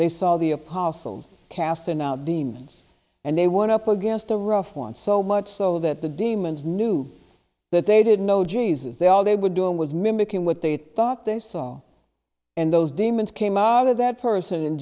they saw the apostles casting out demons and they want up against the rough one so much so that the demons knew that they didn't know jesus they all they were doing was mimicking what they thought they saw and those demons came out of that person and